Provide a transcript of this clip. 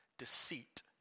Deceit